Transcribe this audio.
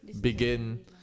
begin